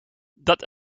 dit